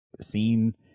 seen